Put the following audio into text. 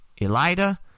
Elida